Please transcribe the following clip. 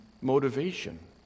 motivation